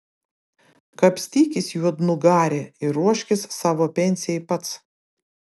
kapstykis juodnugari ir ruoškis savo pensijai pats